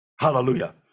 Hallelujah